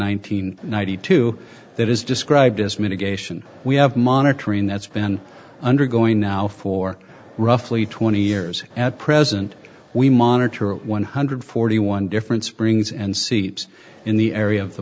hundred ninety two that is described as mitigation we have monitoring that's been undergoing now for roughly twenty years at present we monitor at one hundred forty one different springs and seats in the area of the